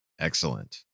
Excellent